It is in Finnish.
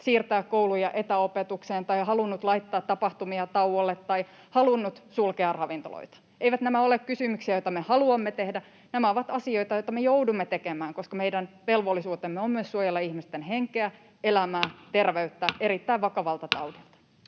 siirtää kouluja etäopetukseen tai halunnut laittaa tapahtumia tauolle tai halunnut sulkea ravintoloita. Eivät nämä ole kysymyksiä, joita me haluamme tehdä. Nämä ovat asioita, joita me joudumme tekemään, koska meidän velvollisuutemme on myös suojella ihmisten henkeä, elämää, terveyttä erittäin vakavalta taudilta.